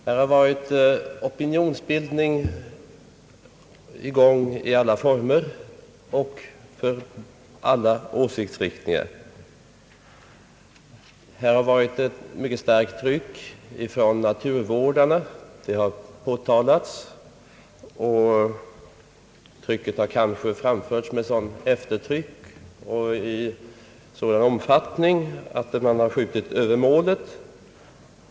Här har varit en opinionsbildning i alla former och för alla åsiktsriktningar. Här har varit ett mycket starkt tryck från naturvårdarna, vilket har påtalats, och de har kanske framfört sina åsikter med sådant eftertryck och i en sådan omfattning att de måhända har skjutit över målet.